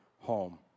home